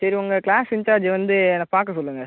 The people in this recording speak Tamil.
சரி உங்கள் கிளாஸ் இன்சார்ஜை வந்து என்னை பார்க்க சொல்லுங்கள்